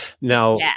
Now